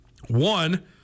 One